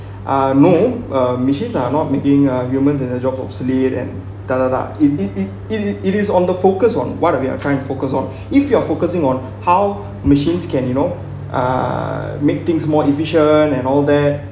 ah no uh machines are not making uh humans and their jobs obsolete and da~ da~ da~ it it it it it is on the focus on what we are trying to focus on if you are focusing on how machines can you know uh make things more efficient and all that